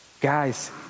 Guys